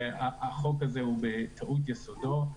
שהחוק הזה, הוא בטעות יסודו.